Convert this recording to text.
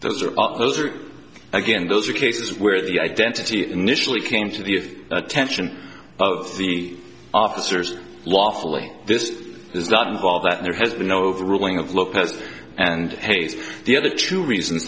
those are those are again those are cases where the identity initially came to the attention of the officers lawfully this does not involve that there has been no overruling of lopez and hayes the other two reasons